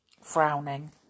frowning